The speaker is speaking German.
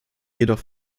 jedoch